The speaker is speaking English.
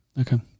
Okay